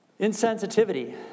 insensitivity